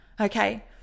okay